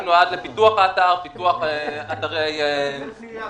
התקציב נועד לפיתוח האתר, פיתוח אתרי דת.